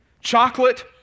chocolate